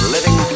Living